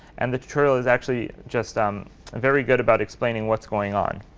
and the tutorial is actually just um very good about explaining what's going on.